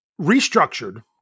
restructured